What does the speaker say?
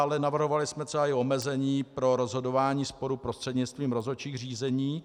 Ale navrhovali jsme třeba i omezení pro rozhodování sporu prostřednictvím rozhodčích řízení.